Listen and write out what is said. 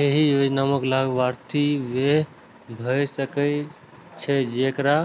एहि योजनाक लाभार्थी वैह भए सकै छै, जेकरा